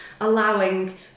allowing